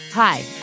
Hi